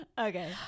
okay